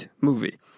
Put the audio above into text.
movie